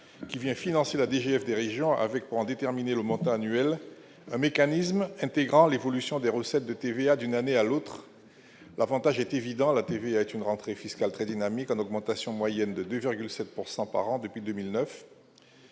qui vient financer la DGF des régions avec pour en déterminer le montant annuel un mécanisme intégrant l'évolution des recettes de TVA d'une année à l'autre, l'Avantage est évident, la TVA est une rentrée fiscale très dynamique en augmentation moyenne de 2,7 pourcent par an depuis 2009